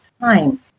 time